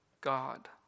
God